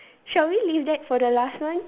shall we leave that for the last one